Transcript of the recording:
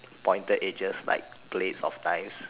pointed edges like blades of knives